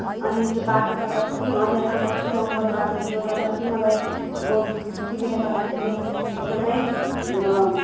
अनि त्यो बाटोको कति अँध्यारो कति जङ्गल बाटो थियो तर पनि मलाई अब तिमीले गर्दाखेरि एकदमै